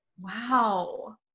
Wow